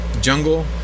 jungle